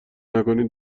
نکنی